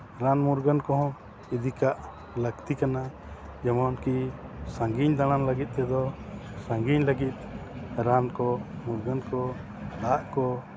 ᱨᱟᱱ ᱢᱩᱨᱜᱟᱹᱱ ᱠᱚ ᱦᱚᱸ ᱤᱫᱤ ᱠᱟᱜ ᱞᱟᱹᱠᱛᱤ ᱠᱟᱱᱟ ᱡᱮᱢᱚᱱ ᱠᱤ ᱥᱟᱺᱜᱤᱧ ᱫᱟᱬᱟᱱ ᱞᱟᱹᱜᱤᱫ ᱛᱮᱫᱚ ᱥᱟᱺᱜᱤᱧ ᱞᱟᱹᱜᱤᱫ ᱨᱟᱱ ᱠᱚ ᱢᱩᱨᱜᱟᱹᱱ ᱠᱚ ᱫᱟᱜ ᱠᱚ